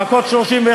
זכות בסיסית,